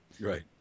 Right